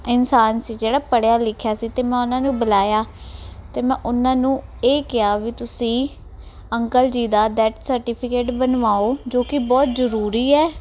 ਇਨਸਾਨ ਸੀ ਜਿਹੜਾ ਪੜਿਆ ਲਿਖਿਆ ਸੀ ਤੇ ਮੈਂ ਉਹਨਾਂ ਨੂੰ ਬੁਲਾਇਆ ਤੇ ਮੈਂ ਉਹਨਾਂ ਨੂੰ ਇਹ ਕਿਹਾ ਵੀ ਤੁਸੀਂ ਅੰਕਲ ਜੀ ਦਾ ਡੈਥ ਸਰਟੀਫਿਕੇਟ ਬਣਵਾਓ ਜੋ ਕਿ ਬਹੁਤ ਜਰੂਰੀ ਹੈ